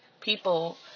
people